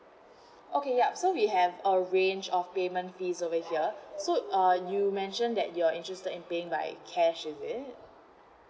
okay ya so we have a range of payment fees over here so uh you mentioned that you're interested in paying by cash is it